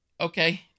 okay